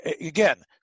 Again